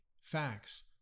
facts